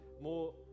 more